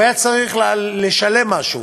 הוא היה צריך לשלם משהו.